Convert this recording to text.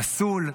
פסול,